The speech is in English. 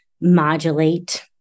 modulate